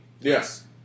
Yes